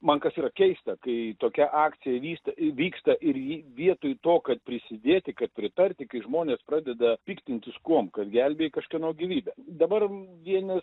man kas yra keista kai tokia akcija vyksta įvyksta ir ji vietoj to kad prisidėti kad pritarti kai žmonės pradeda piktintis kuom kad gelbėji kažkieno gyvybę dabar vieni